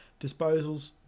disposals